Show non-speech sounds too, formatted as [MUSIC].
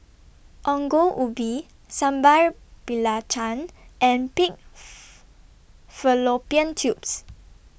Ongol Ubi Sambal Belacan and Pig [UNINTELLIGIBLE] Fallopian Tubes